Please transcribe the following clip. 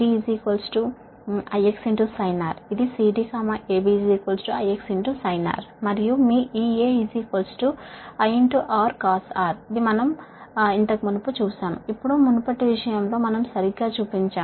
ఇది CD AB IX sin R మరియు మీ EA | I | R cos R ఇది మనం ఇంతకు మునుపు చూశాము ఇప్పుడు మునుపటి విషయం లో మనం సరిగ్గా చూపించాము